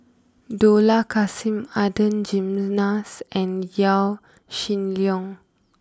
Dollah Kassim Adan Jimenez and Yaw Shin Leong